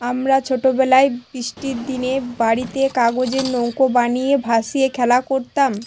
আমরা ছোটোবেলায় বৃষ্টির দিনে বাড়িতে কাগজের নৌকো বানিয়ে ভাসিয়ে খেলা করতাম